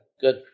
Good